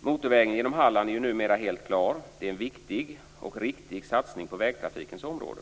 Motorvägen genom Halland är nu helt klar. Det är en viktig och riktig satsning på vägtrafikens område.